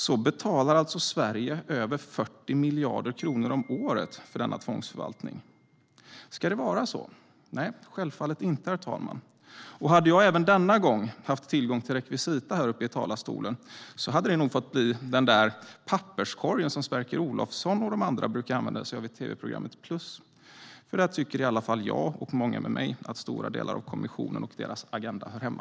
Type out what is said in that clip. Sverige betalar alltså över 40 miljarder kronor om året för denna tvångsförvaltning. Ska det vara så? Nej, självfallet inte, herr talman. Hade jag även denna gång haft tillgång till rekvisita här uppe i talarstolen hade det nog fått bli den där papperskorgen som Sverker Olofsson och de andra brukar använda sig av i tv-programmet Plus . Där tycker nämligen jag och många med mig att stora delar av kommissionen och deras agenda hör hemma.